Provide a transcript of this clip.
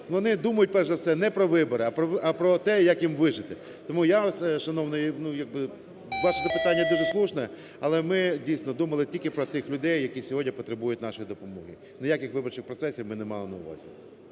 вони думають, перш за все, не про вибори, а про те, як їм вижити. Тому я вас, шановний, ну… як би ваше запитання дуже слушне, але ми, дійсно, думали тільки про тих людей, які сьогодні потребують нашої допомоги. Ніяких виборчих процесів ми не мали на увазі.